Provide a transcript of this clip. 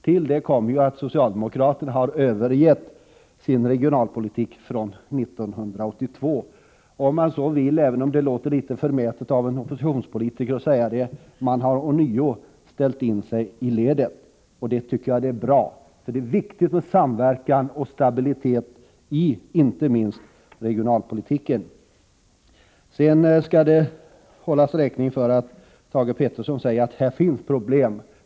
Till detta kommer att socialdemokraterna har övergett sin regionalpolitik från 1982. Det låter litet förmätet av en oppositionspolitiker, men man skulle kunna säga att ånyo ställt in sig i ledet. Det tycker jag är bra, för det är viktigt för samverkan och stabilitet i regionalpolitiken. Sedan skall det hållas räkning för att Thage Peterson säger att det finns problem.